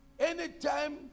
Anytime